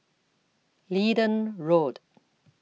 Leedon Road